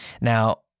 Now